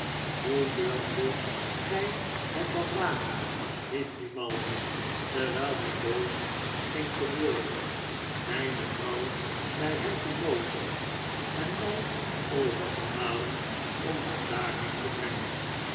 hoe durfdet gij het dan wagen riep grimaldi terwijl hij boos scheen te worden mijne vrouw bij hen te noodigen en mij over te halen om haar daarheen te brengen